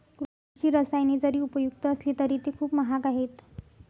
कृषी रसायने जरी उपयुक्त असली तरी ती खूप महाग आहेत